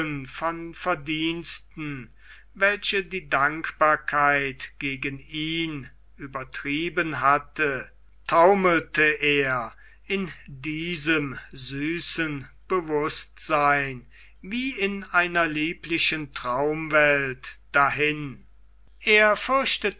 verdiensten welche die dankbarkeit gegen ihn übertrieben hatte taumelte er in diesem süßen bewußtsein wie in einer lieblichen traumwelt dahin er fürchtete